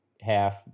half